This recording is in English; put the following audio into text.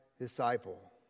disciple